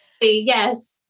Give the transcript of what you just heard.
Yes